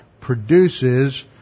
produces